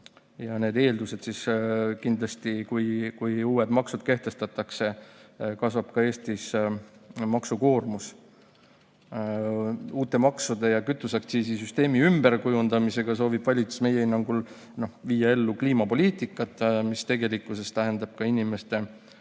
Need eeldused [on], et kindlasti, kui uued maksud kehtestatakse, kasvab ka Eestis maksukoormus. Uute maksude ja kütuseaktsiisisüsteemi ümberkujundamisega soovib valitsus meie hinnangul ellu viia kliimapoliitikat, mis tegelikkuses tähendab inimeste sundimist